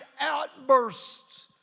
outbursts